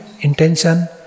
intention